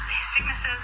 sicknesses